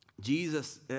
Jesus